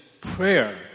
prayer